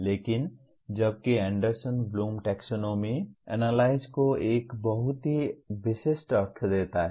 लेकिन जबकि Anderson Bloom taxonomy analyse को एक बहुत ही विशिष्ट अर्थ देता है